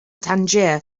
tangier